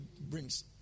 brings